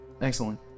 excellent